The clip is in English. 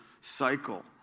cycle